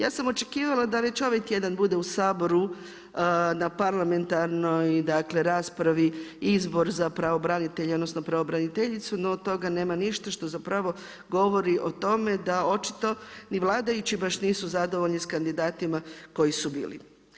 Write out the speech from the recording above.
Ja sam očekivala da već ovaj tjedan bude u Saboru na parlamentarnoj raspravi izbor za pravobranitelja, odnosno pravobraniteljicu, no od toga nema ništa što zapravo govori o tome da očito ni vladajući nisu baš zadovoljni sa kandidatima koji su bili.